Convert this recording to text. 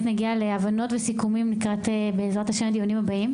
נגיע להבנות וסיכומים לקראת הדיונים הבאים.